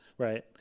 Right